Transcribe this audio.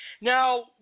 Now